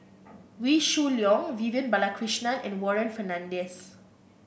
Wee Shoo Leong Vivian Balakrishnan and Warren Fernandez